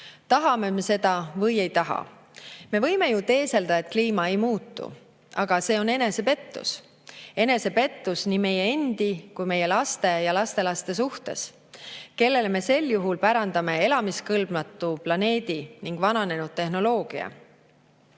tahame me seda või ei taha. Me võime ju teeselda, et kliima ei muutu. Aga see on enesepettus, enesepettus nii meie endi kui ka meie laste ja lastelaste suhtes, kellele me sel juhul pärandame elamiskõlbmatu planeedi ning vananenud tehnoloogia.